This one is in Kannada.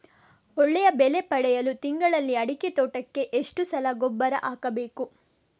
ಒಳ್ಳೆಯ ಬೆಲೆ ಪಡೆಯಲು ತಿಂಗಳಲ್ಲಿ ಅಡಿಕೆ ತೋಟಕ್ಕೆ ಎಷ್ಟು ಸಲ ಗೊಬ್ಬರ ಹಾಕಬೇಕು?